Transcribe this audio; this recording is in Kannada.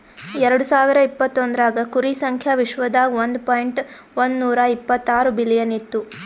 ಎರಡು ಸಾವಿರ ಇಪತ್ತೊಂದರಾಗ್ ಕುರಿ ಸಂಖ್ಯಾ ವಿಶ್ವದಾಗ್ ಒಂದ್ ಪಾಯಿಂಟ್ ಒಂದ್ನೂರಾ ಇಪ್ಪತ್ತಾರು ಬಿಲಿಯನ್ ಇತ್ತು